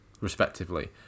respectively